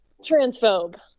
Transphobe